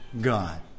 God